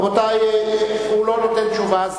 הוא לא נותן תשובה,